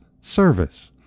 service